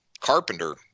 Carpenter